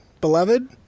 beloved